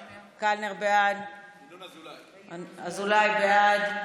בעד, קלנר, בעד, אזולאי, בעד,